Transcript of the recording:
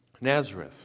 Nazareth